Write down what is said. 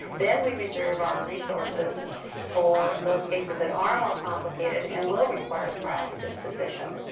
then, we reserve our resources for those cases that are more complicated and will require a trial for disposition.